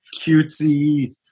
cutesy